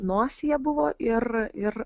nosyje buvo ir ir